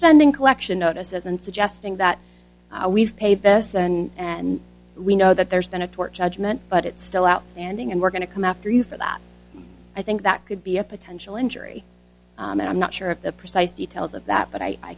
sending collection notices and suggesting that we've paid this and we know that there's been a court judgment but it's still outstanding and we're going to come after you for that i think that could be a potential injury and i'm not sure of the precise details of that but i